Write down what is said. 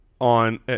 on –